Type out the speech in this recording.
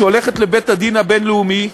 שהולכת לבית-הדין הבין-לאומי,